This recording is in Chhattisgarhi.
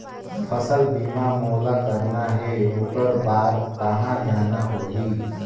फसल बीमा मोला करना हे ओकर बार कहा जाना होही?